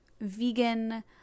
vegan